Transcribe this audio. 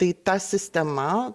tai ta sistema